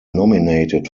nominated